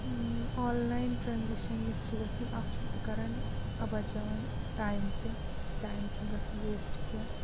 online transaction یَتھ چھِ گژھان اکھ چھِ سُہ کَران بَچاوان ٹایم تہِ ٹایم چھُنہٕ گژھان ویسٹ کینٛہہ